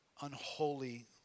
unholy